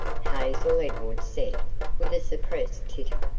hazel edwards said with a suppressed titter.